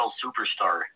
superstar